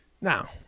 now